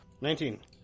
Nineteen